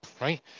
right